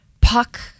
Puck